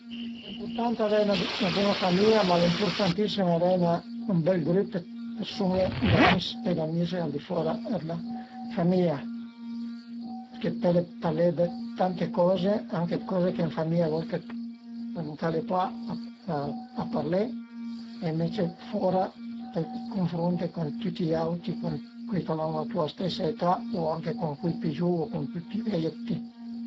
Al e ëmpurtant avei 'na bun-a famìa, ma al e impurtantissim avei ün bel grup d'persun-e, d'amis e d'amize al di fora d'la famìa, perché pöle parlé dë tante coze, anche coze che ën famìa a volte ëncale pa a parlé e ënvece fora t'cunfrunte cun tüti i auti, cun cuei ch'al an la tua stesa età o anche cun cui pi giuvu u pi vei d'ti